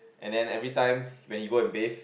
and then every time when you go and base